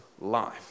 life